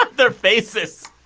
their faces